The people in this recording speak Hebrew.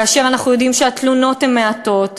כאשר אנחנו יודעים שהתלונות הן מעטות,